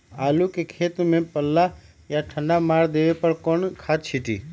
आलू के खेत में पल्ला या ठंडा मार देवे पर कौन खाद छींटी?